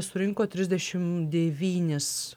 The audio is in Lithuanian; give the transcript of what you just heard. surinko trisdešimt devynis